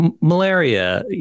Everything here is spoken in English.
malaria